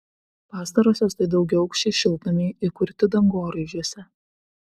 pastarosios tai daugiaaukščiai šiltnamiai įkurti dangoraižiuose